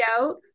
out